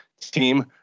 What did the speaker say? team